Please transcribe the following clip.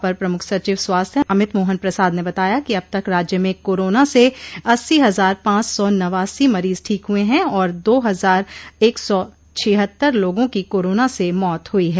अपर प्रमुख सचिव स्वास्थ्य अमित मोहन प्रसाद ने बताया कि अब तक राज्य में कोरोना से अस्सी हजार पांच सौ नवासी मरीज ठीक हुये हैं और दो हजार एक सौ छिहत्तर लोगों की कोरोना से मौत हुई है